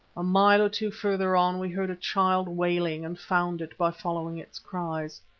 a mile or two further on we heard a child wailing and found it by following its cries.